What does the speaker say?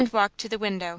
and walked to the window.